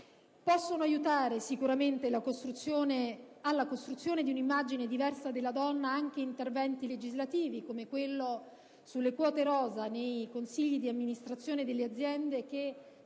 Possono aiutare sicuramente alla costruzione di un'immagine diversa della donna anche interventi legislativi, come quello sulle quota rosa nei consigli di amministrazione delle aziende, che